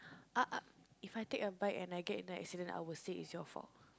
uh If I take a bike and I get into an accident I would say it's your fault